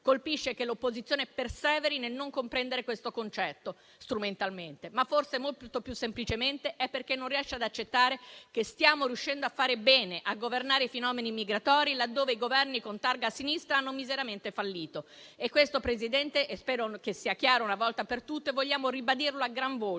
Colpisce che l'opposizione perseveri nel non comprendere questo concetto strumentalmente, ma forse molto più semplicemente, perché non riesce ad accettare che stiamo riuscendo a fare bene e a governare i fenomeni migratori, laddove i governi con targa a sinistra hanno miseramente fallito. Questo, Presidente, spero che sia chiaro una volta per tutte e vogliamo ribadirlo a gran voce.